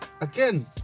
Again